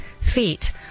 feet